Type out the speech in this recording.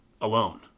alone